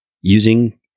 using